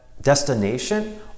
Destination